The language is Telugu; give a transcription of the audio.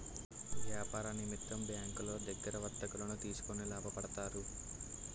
వ్యాపార నిమిత్తం బ్యాంకులో దగ్గర వర్తకులు తీసుకొని లాభపడతారు